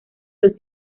los